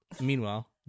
Meanwhile